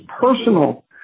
personal